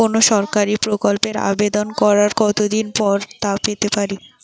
কোনো সরকারি প্রকল্পের আবেদন করার কত দিন পর তা পেতে পারি?